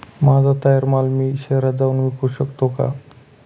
माझा तयार माल मी शहरात जाऊन विकू शकतो का?